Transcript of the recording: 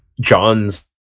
John's